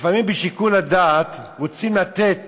לפעמים בשיקול הדעת רוצים לתת